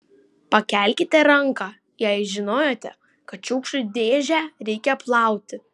pakelkite ranką jei žinojote kad šiukšlių dėžę reikia plauti